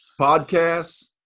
podcasts